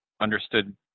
understood